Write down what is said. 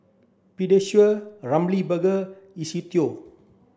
Pediasure Ramly Burger Istudio